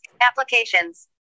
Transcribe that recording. applications